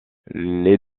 les